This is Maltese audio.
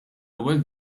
ewwel